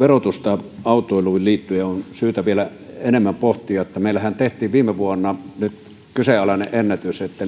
verotusta autoiluun liittyen on syytä vielä enemmän pohtia meillähän tehtiin viime vuonna nyt kyseenalainen ennätys että